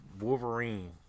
Wolverine